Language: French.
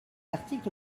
article